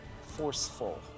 Forceful